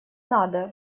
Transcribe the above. надо